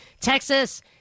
Texas